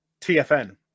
TFN